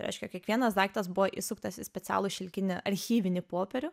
tai reiškia kiekvienas daiktas buvo įsuktas į specialų šilkinį archyvinį popierių